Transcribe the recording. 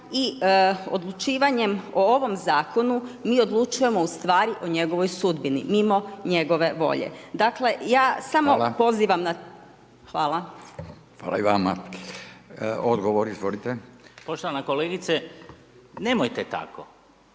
i odlučivanjem o ovom zakonu, mi odlučujemo ustvari o njegovoj sudbini, mimo njegove volje. Dakle, ja samo pozivam na. Hvala. **Radin, Furio (Nezavisni)** Hvala i vama.